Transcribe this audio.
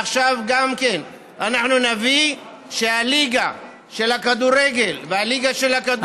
עכשיו גם כן אנחנו נביא שהליגה של הכדורגל והליגה של הכדורסל,